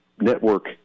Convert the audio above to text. network